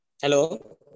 Hello